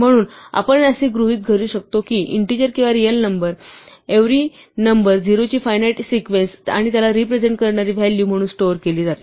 म्हणून आपण असे गृहीत धरू शकतो की इंटीजर किंवा real number every number zero ची फायनाईट सिक्वेन्स आणि त्याला रिप्रेझेन्ट करणारी व्हॅलू म्हणून स्टोअर केली जाते